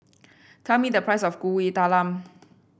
tell me the price of Kuih Talam